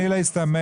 לנמק את ההסתייגות.